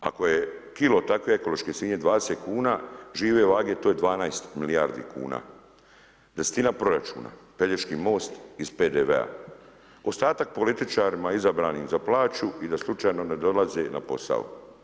Ako je kilo takve ekološke svinje 20 kuna žive vage, to je 12 milijardi kuna, desetina proračuna, Pelješki most iz PDV-a, ostatak političarima izabranim za plaću i da slučajno ne dolaze na posao.